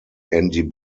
andy